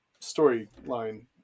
storyline